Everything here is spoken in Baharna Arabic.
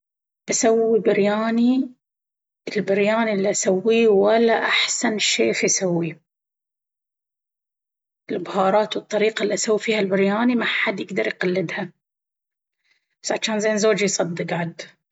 الطبف الي بسويه في مسابقة الطبخ بيكون من غير تفكير البرياني، البرياني اللي أسويه ولا أحسن شيف يسويه، وأعتقد انه بيفوز بسبب كمية البهارات والطريقة إلي أسوي فيها والورقيات الخنينة غلي احطها في البرياني صعب على أحد يقلدها ومحد يقدر أصلا يضبطها. وكل اللي جربه عجبه من الصغير للكبير ماشاءالله.